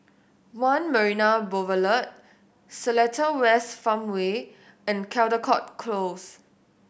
One Marina Boulevard Seletar West Farmway and Caldecott Close